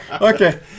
Okay